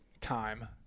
time